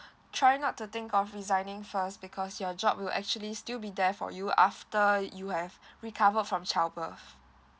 try not to think of resigning first because your job will actually still be there for you after you have recovered from child birth